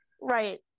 Right